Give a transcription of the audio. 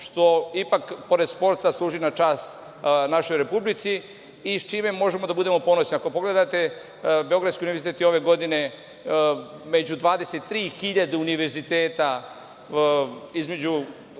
što ipak pored sporta služi na čast našoj Republici i čime možemo da budemo ponosni. Ako pogledate Beogradski Univerzitet je i ove godine među 23.000 univerziteta, na 250.